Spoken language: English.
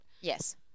Yes